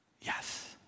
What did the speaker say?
Yes